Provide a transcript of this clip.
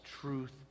truth